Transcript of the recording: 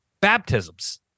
baptisms